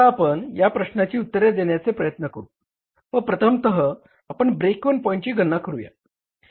आता आपण या प्रश्नांची उत्तरे देण्याचे प्रयत्न करू व प्रथमतः आपण ब्रेक इव्हन पॉईंची गणना करूया